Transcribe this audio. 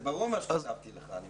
אני מקווה שברור מה שכתבתי לך.